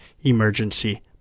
Emergency